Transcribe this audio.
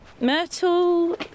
Myrtle